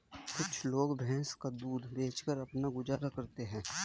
कुछ लोग भैंस का दूध बेचकर अपना गुजारा करते हैं